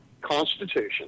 Constitution